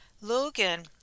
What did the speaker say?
Logan